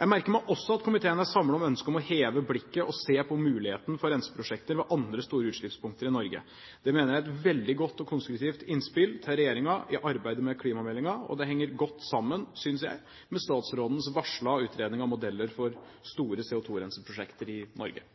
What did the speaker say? Jeg merker meg også at komiteen er samlet i ønsket om å heve blikket og se på muligheten for renseprosjekter ved andre store utslippspunkter i Norge. Det mener jeg er et veldig godt og konstruktivt innspill til regjeringen i arbeidet med klimameldingen, og det henger godt sammen, synes jeg, med statsrådens varslede utredning av modeller for store CO2-renseprosjekter i Norge.